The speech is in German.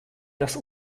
das